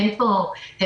אין פה הבדל,